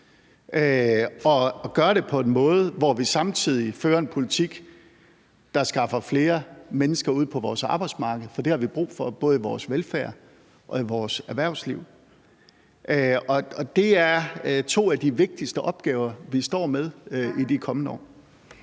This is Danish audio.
og gør det på en måde, hvor vi samtidig fører en politik, der skaffer flere mennesker ud på vores arbejdsmarked, for det har vi brug for, både i vores velfærd og i vores erhvervsliv. Og det er to af de vigtigste opgaver, vi står med i de kommende år.